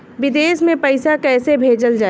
विदेश में पईसा कैसे भेजल जाई?